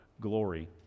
glory